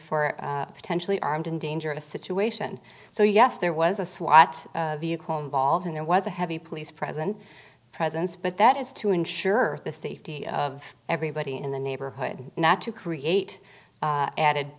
for potentially armed and dangerous situation so yes there was a swat vehicle involved and there was a heavy police presence presence but that is to ensure the safety of everybody in the neighborhood not to create added